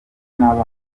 n’abana